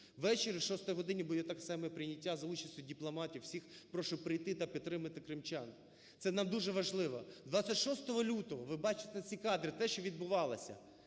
Увечері, о 6-й годині буде так само прийняття за участю дипломатів. Всіх прошу прийти та приймати кримчан, це нам дуже важливо. 26 лютого, ви бачите, ці кадри, те, що відбувалося,